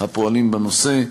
הפועלים בנושא.